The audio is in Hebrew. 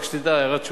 רק שתדע, הערת שוליים.